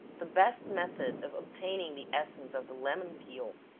the best method of obtaining the essence of the lemon peel,